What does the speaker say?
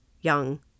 young